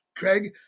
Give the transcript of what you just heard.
Craig